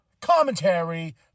Commentary